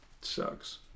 Sucks